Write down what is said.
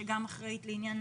שגם אחראית לעניין